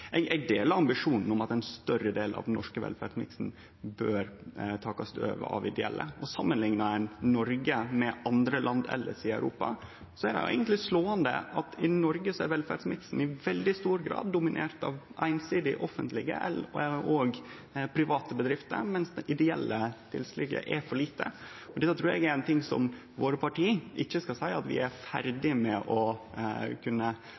Eg deler ambisjonen om at ein større del av den norske velferdsmiksen bør takast over av ideelle. Samanliknar ein Noreg med andre land elles i Europa, er det eigentleg slåande at i Noreg er velferdsmiksen i veldig stor grad einsidig dominert av offentlege og private bedrifter, mens det ideelle innslaget er for lite. Dette trur eg er noko partia våre ikkje skal seie at vi er